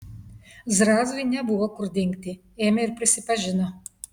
zrazui nebuvo kur dingti ėmė ir prisipažino